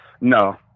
No